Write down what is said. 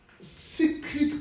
secret